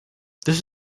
this